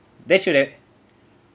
that should have